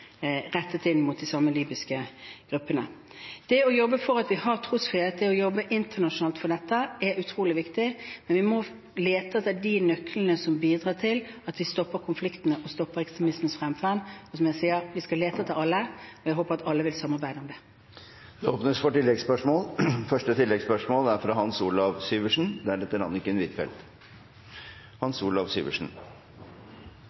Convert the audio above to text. vi har trosfrihet – det å jobbe internasjonalt for dette – er utrolig viktig. Men vi må lete etter de nøklene som bidrar til at vi stopper konfliktene og ekstremismens fremferd. Og som jeg sier: Vi skal lete etter alle, og jeg håper at alle vil samarbeide om det. Det blir oppfølgingsspørsmål – først Hans Olav Syversen.